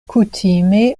kutime